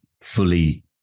fully